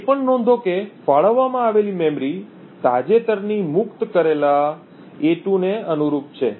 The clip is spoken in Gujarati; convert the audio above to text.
એ પણ નોંધો કે ફાળવવામાં આવેલી મેમરી તાજેતરની મુક્ત કરેલા a2 ને અનુરૂપ છે